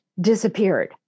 disappeared